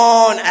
on